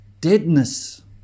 deadness